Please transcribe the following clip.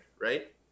Right